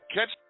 Catch